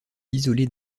isolée